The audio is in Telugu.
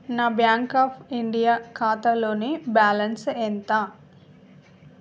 నా బ్యాంక్ ఆఫ్ ఇండియా ఖాతాలోని బ్యాలన్స్ ఎంత